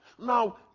Now